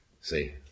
See